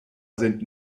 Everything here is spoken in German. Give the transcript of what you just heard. sind